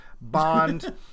Bond